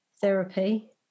therapy